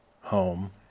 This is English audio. home